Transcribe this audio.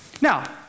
Now